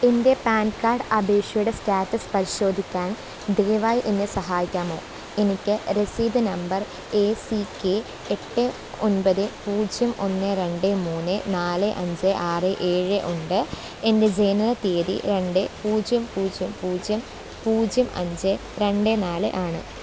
എൻ്റെ pan card അപേക്ഷയുടെ status പരിശോധിക്കാൻ ദയവായി എന്നെ സഹായിക്കാമോ എനിക്ക് രസീത് നമ്പർ എ സി കെ എട്ട് ഒൻപത് പൂജ്യം ഒന്ന് രണ്ട് മൂന്ന് നാല് അഞ്ച് ആറ് ഏഴ് ഒന്ന് തീയതി രണ്ട് പൂജ്യം പൂജ്യം പൂജ്യം പൂജ്യം അഞ്ച് രണ്ട് നാല് ആണ്